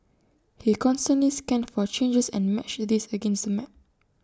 he constantly scanned for changes and matched these against the map